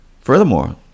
Furthermore